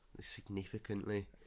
significantly